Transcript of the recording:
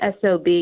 SOB